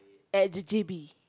at the J_B